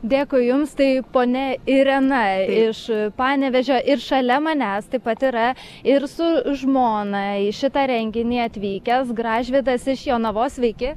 dėkui jums tai ponia irena iš panevėžio ir šalia manęs taip pat yra ir su žmona į šitą renginį atvykęs gražvydas iš jonavos sveiki